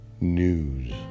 news